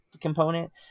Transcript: component